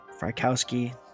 Frykowski